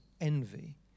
envy